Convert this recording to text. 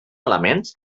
elements